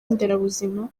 nderabuzima